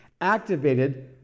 activated